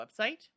website